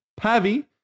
Pavi